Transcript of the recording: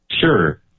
Sure